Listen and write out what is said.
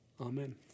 Amen